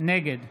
נגד